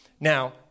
Now